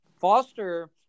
Foster